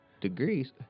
degrees